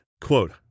quote